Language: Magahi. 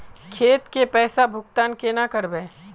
खेत के पैसा भुगतान केना करबे?